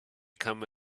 come